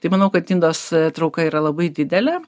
tai manau kad nidos trauka yra labai didelė